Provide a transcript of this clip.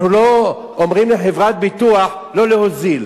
אנחנו לא אומרים לחברת ביטוח לא להוזיל.